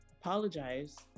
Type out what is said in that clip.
apologize